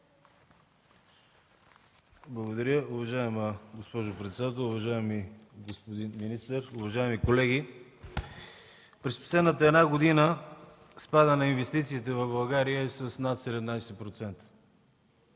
Благодаря, уважаема госпожо председател. Уважаеми господин министър, уважаеми колеги! През последната една година спадът на инвестициите в България е с над 17%.